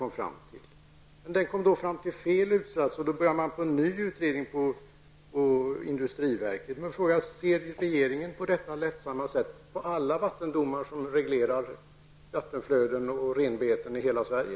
Men den utredningen kom fram till fel slutsats, och så började man med en utredning på industriverket. Ser regeringen på detta lättsamma sätt på alla vattendomar som reglerar vattenflöden och renbeten i hela Sverige?